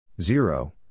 zero